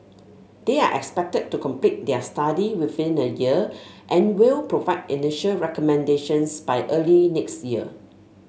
they are expected to complete their study within a year and will provide initial recommendations by early next year